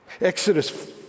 Exodus